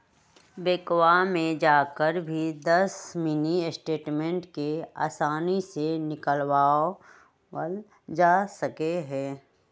बैंकवा में जाकर भी दस मिनी स्टेटमेंट के आसानी से निकलवावल जा सका हई